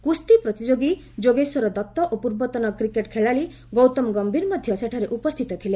କୁସ୍ତି ପ୍ରତିଯୋଗୀ ଯୋଗେଶ୍ୱର ଦତ୍ତ ଓ ପୂର୍ବତନ କ୍ରିକେଟ୍ ଖେଳାଳି ଗୌତମ ଗମ୍ଭୀର ମଧ୍ୟ ସେଠାରେ ଉପସ୍ଥିତ ଥିଲେ